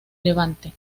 levante